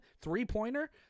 three-pointer